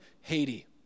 Haiti